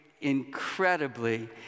incredibly